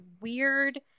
weird